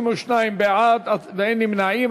32 בעד, ואין נמנעים.